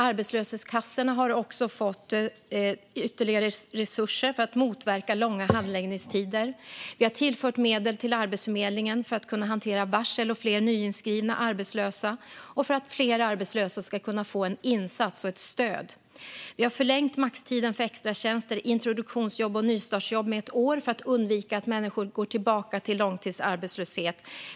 Arbetslöshetskassorna har fått ytterligare resurser för att motverka långa handläggningstider. Vi har tillfört medel till Arbetsförmedlingen för att kunna hantera varsel och fler nyinskrivna arbetslösa och för att fler arbetslösa ska kunna få en insats och ett stöd. Vi har förlängt maxtiden för extratjänster, introduktionsjobb och nystartsjobb med ett år, för att undvika att människor går tillbaka till långtidsarbetslöshet.